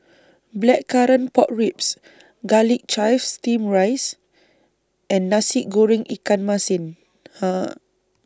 Blackcurrant Pork Ribs Garlic Chives Steamed Rice and Nasi Goreng Ikan Masin